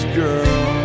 girl